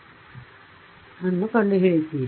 ನೀವು ಗ್ರೇಡಿಯಂಟ್ ಅನ್ನು ಕಂಡುಹಿಡಿಯುತ್ತೀರಿ